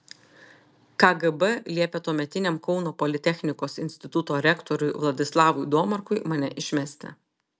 kgb liepė tuometiniam kauno politechnikos instituto rektoriui vladislavui domarkui mane išmesti